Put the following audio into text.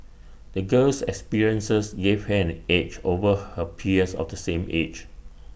the girl's experiences gave her an edge over her peers of the same age